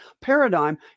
paradigm